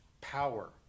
power